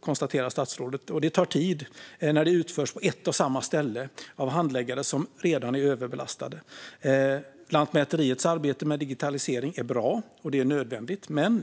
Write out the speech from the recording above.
konstaterar statsrådet. Och det tar tid när det utförs på ett och samma ställe av handläggare som redan är överbelastade. Lantmäteriets arbete med digitalisering är bra och nödvändigt.